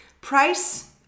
Price